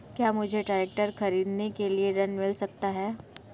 क्या मुझे ट्रैक्टर खरीदने के लिए ऋण मिल सकता है?